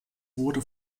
wurde